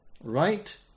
right